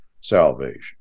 salvation